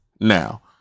Now